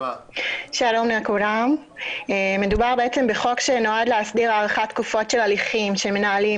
נעבור להצעת חוק הארכת תקופות ודחיית מועדים בענייני הליכי